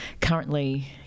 currently